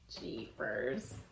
Jeepers